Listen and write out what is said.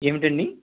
ఏంటండీ